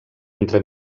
entre